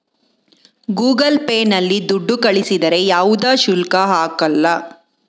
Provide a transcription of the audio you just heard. Google Pay ನಲ್ಲಿ ದುಡ್ಡು ಕಳಿಸಿದರೆ ಯಾವುದೇ ಶುಲ್ಕ ಹಾಕಲ್ಲ